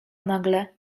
nagle